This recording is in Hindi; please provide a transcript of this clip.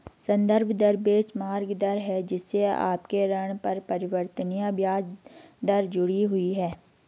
संदर्भ दर बेंचमार्क दर है जिससे आपके ऋण पर परिवर्तनीय ब्याज दर जुड़ी हुई है